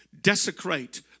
desecrate